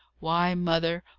why, mother,